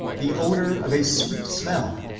the odour of a sweet smell,